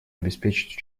обеспечить